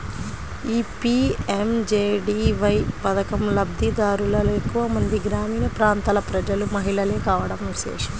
ఈ పీ.ఎం.జే.డీ.వై పథకం లబ్ది దారులలో ఎక్కువ మంది గ్రామీణ ప్రాంతాల ప్రజలు, మహిళలే కావడం విశేషం